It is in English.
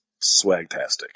swag-tastic